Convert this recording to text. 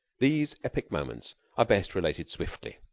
these epic moments are best related swiftly.